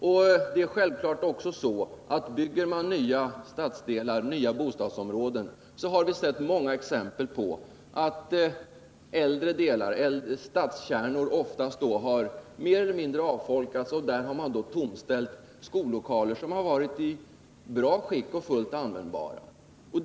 Vi har också sett många exempel på att när man byggt nya bostadsområden så har äldre stadsdelar blivit mer eller mindre avfolkade och skollokaler som har varit i gott skick och fullt användbara tomställts.